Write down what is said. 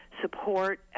support